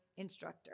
Instructor